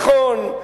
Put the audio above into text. נכון,